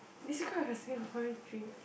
describe the Singaporean dream